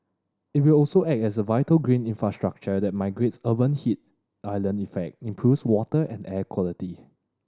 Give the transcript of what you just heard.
it will also act as a vital green infrastructure that mitigates urban heat island effect improves water and air quality